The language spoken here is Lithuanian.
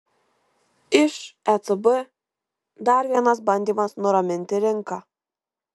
iš ecb dar vienas bandymas nuraminti rinką